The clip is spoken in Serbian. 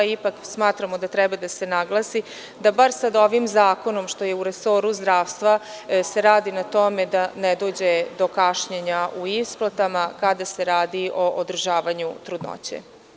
Ipak, smatramo da treba da se naglasi da bar sada ovim zakonom što je u resoru zdravstva se radi na tome da ne dođe do kašnjenja u isplatama, kada se radi o održavanju trudnoće.